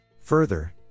further